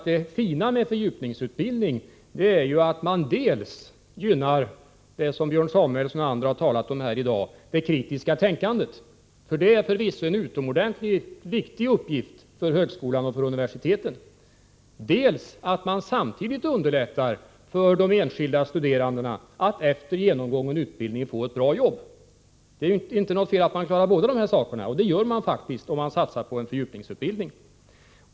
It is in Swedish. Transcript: Det fina med fördjupningsutbildning är dels att man gynnar det som Björn Samuelson och andra har talat om, nämligen det kritiska tänkandet, vilket förvisso är en utomordentligt viktig uppgift för högskolan och för universitetet, dels att man samtidigt underlättar för de enskilda studerandena att efter genomgången utbildning få ett bra arbete. Det är inget fel att man klarar båda dessa saker, och det gör man faktiskt om man satsar på en fördjupningsutbildning.